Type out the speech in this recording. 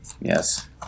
Yes